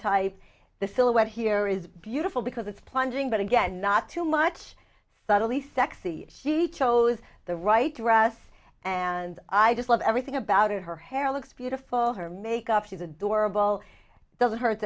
type the silhouette here is beautiful because it's plunging but again not too much subtly sexy she chose the right through us and i just love everything about it her hair looks beautiful her makeup she's adorable doesn't hurt